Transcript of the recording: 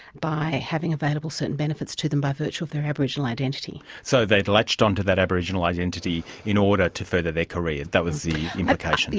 by having available certain benefits to them by virtue of their aboriginal identity. so they'd latched onto that aboriginal identity in order to further their careers, that was the implication? yes.